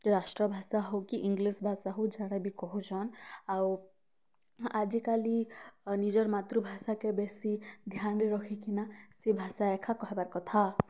ରାଷ୍ଟ୍ରଭାଷା ହଉ କି ଇଂଲିଶ ଭାଷା ହଉ ଯାହାଟା ବି କହୁଛନ୍ ଆଉ ଆଜିକାଲି ନିଜର୍ ମାତୃଭାଷା କେ ବେଶୀ ଧ୍ୟାନ୍ ବି ରଖିକିନା ସେ ଭାଷା ଏଖା କହିବାର୍ କଥା